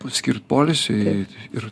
paskirt poilsiui ir